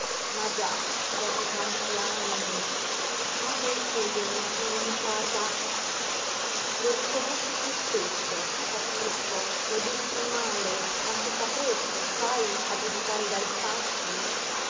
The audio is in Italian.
ma già dopo tanti anni ma perché io non sono mutata lo riconosci tu stesso capisco lo dici in male ma si fa presto sai a giudicare dai fatti